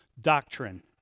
doctrine